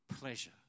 pleasure